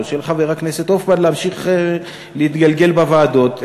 של חבר הכנסת רותם תמשיך להתגלגל בוועדות,